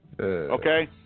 Okay